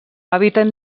hàbitat